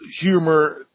humor